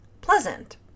pleasant